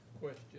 question